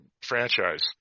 franchise